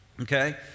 okay